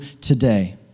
today